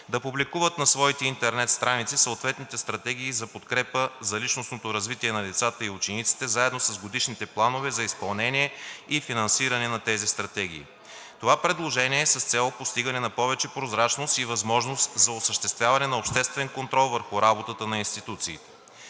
да публикуват на своите интернет страници съответните стратегии за подкрепа за личностно развитие на децата и учениците заедно с годишните планове за изпълнение и финансиране на тези стратегии. Това предложение е с цел постигане на повече прозрачност и възможност за осъществяване на обществен контрол върху работата на институциите.